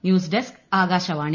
news desk Akashvani